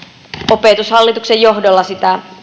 opetushallituksen johdolla sitä